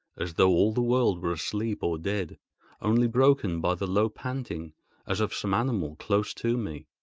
as though all the world were asleep or dead only broken by the low panting as of some animal close to me.